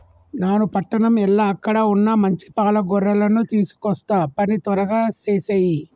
నాను పట్టణం ఎల్ల అక్కడ వున్న మంచి పాల గొర్రెలను తీసుకొస్తా పని త్వరగా సేసేయి